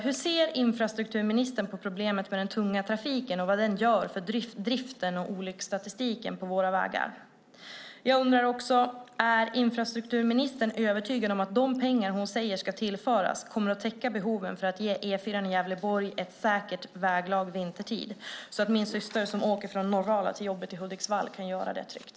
Hur ser infrastrukturministern på problemet med den tunga trafiken och vad den gör för driften och olycksstatistiken på våra vägar? Är infrastrukturministern övertygad om att de pengar hon säger ska tillföras kommer att täcka behoven för att ge E4:an i Gävleborg ett säkert väglag vintertid så att min syster som åker från Norrala till jobbet i Hudiksvall kan åka tryggt?